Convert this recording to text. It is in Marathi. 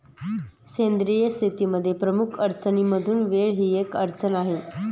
सेंद्रिय शेतीमध्ये प्रमुख अडचणींमधून वेळ ही एक अडचण आहे